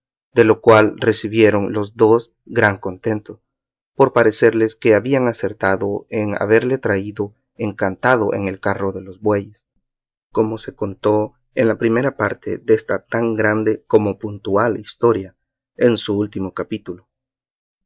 de lo cual recibieron los dos gran contento por parecerles que habían acertado en haberle traído encantado en el carro de los bueyes como se contó en la primera parte desta tan grande como puntual historia en su último capítulo